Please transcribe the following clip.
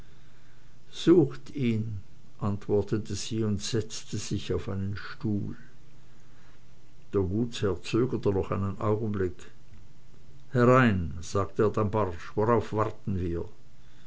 sucht ihn antwortete sie und setzte sich auf einen stuhl der gutsherr zögerte noch einen augenblick herein herein sagte er dann barsch worauf warten wir